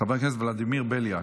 חבר כנסת ולדימיר בליאק.